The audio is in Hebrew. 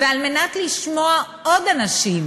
ועל מנת לשמוע עוד אנשים